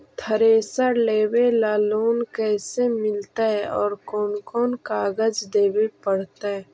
Thresher लेबे ल loan कैसे मिलतइ और कोन कोन कागज देबे पड़तै?